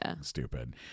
stupid